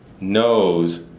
knows